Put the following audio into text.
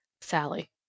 Sally